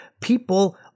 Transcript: People